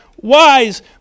wise